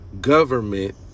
Government